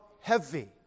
heavy